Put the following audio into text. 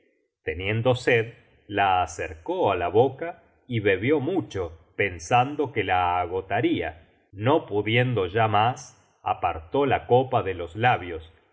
teniendo sed la acercó á la boca y bebió mucho pensando que la agotaria no pudiendo ya mas apartó la copa de los labios